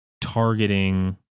targeting